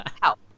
help